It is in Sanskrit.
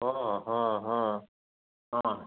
हो हा हा हा